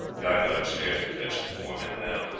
guy went upstairs and fetched the four men down.